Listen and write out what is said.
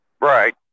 Right